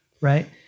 Right